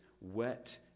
wet